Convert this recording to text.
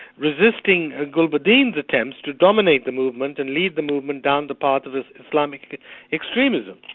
resisting ah gulbuddin's attempts to dominate the movement and lead the movement down the path of islamic extremism.